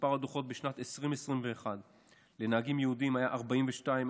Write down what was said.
מספר הדוחות בשנת 2021 לנהגים יהודים היה 42,500,